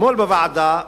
אתמול בוועדה,